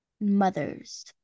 mother's